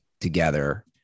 together